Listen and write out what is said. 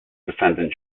defendant